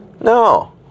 No